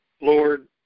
Lord